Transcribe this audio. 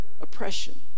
oppression